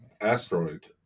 asteroid